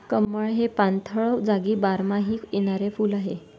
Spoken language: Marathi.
कमळ हे पाणथळ जागी बारमाही येणारे फुल आहे